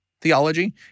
theology